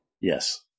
Yes